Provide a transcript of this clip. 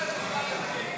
16 לא נתקבלה.